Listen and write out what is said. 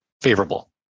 favorable